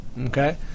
okay